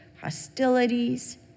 hostilities